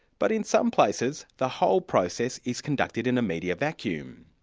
but in some places the whole process is conducted in a media vacuum.